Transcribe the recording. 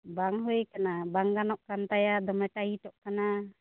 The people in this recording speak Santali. ᱵᱟᱝ ᱦᱩᱭᱟᱠᱟᱱᱟ ᱵᱟᱝ ᱜᱟᱱᱚᱜ ᱠᱟᱱ ᱛᱟᱭᱟ ᱫᱚᱢᱮ ᱴᱟᱹᱭᱤᱴᱚᱜ ᱠᱟᱱᱟ